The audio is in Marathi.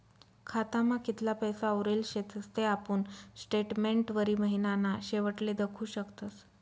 खातामा कितला पैसा उरेल शेतस ते आपुन स्टेटमेंटवरी महिनाना शेवटले दखु शकतस